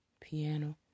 piano